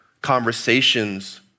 conversations